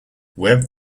webb